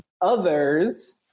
others